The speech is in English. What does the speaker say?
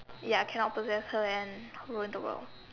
ya cannot possess her and ruin the world